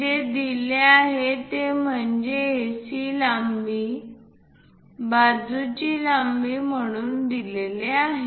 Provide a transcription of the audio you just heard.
जे दिले आहे ते म्हणजे AC लांबी बाजूची लांबी म्हणून दिलेले आहे